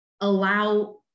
allow